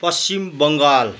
Paschim Bengal